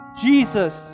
Jesus